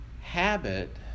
Habit